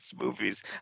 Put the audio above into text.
movies